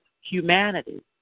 humanity